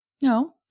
no